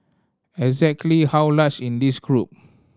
exactly how large in this group